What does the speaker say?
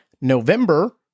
November